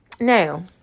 Now